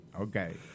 Okay